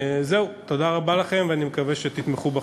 זהו, תודה רבה לכם, ואני מקווה שתתמכו בחוק.